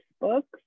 books